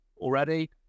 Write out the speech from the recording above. already